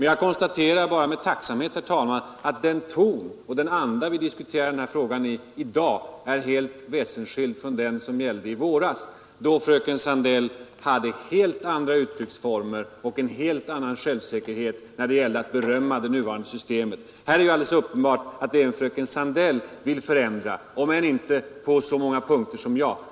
Jag konstaterar bara, herr talman, med tacksamhet att den ton och den anda i vilken vi diskuterar den här frågan i dag är helt väsensskild från andan i våras, då fröken Sandell hade helt andra uttrycksformer och en helt annan självsäkerhet när det gällde att berömma det nuvarande systemet. Nu är det alldeles uppenbart att även fröken Sandell vill förändra, om än inte på så många punkter som jag.